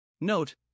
Note